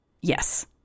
Yes